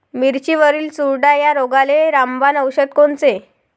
मिरचीवरील चुरडा या रोगाले रामबाण औषध कोनचे?